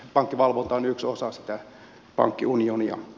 pankkivalvonta on yksi osa sitä pankkiunionia